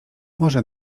może